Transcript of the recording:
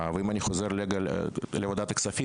ואם אני חוזר רגע לוועדת הכספים,